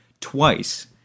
twice